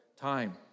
time